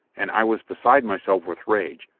and i was beside myself with rage,